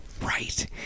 Right